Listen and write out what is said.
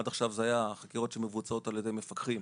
עד עכשיו החקירות בוצעו על ידי המפקחים.